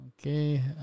Okay